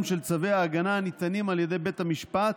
של צווי ההגנה הניתנים על ידי בית המשפט